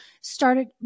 started